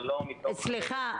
אבל לא מתוך --- סליחה,